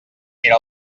era